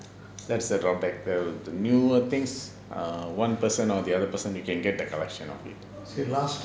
the newer things err one person or the other person can get the collection of it